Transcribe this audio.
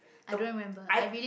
the I